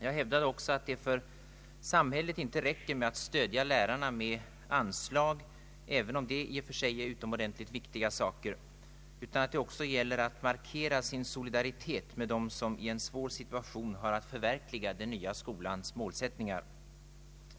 Jag hävdar också att det för samhället inte räcker med att stödja lärarna genom anslag — även om detta i och för sig är utomordentligt viktigt — utan att det gäller att markera sin solidaritet med dem som i en svår situation har att förverkliga den nya skolans målsättningar.